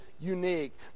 unique